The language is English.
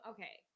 Okay